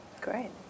Great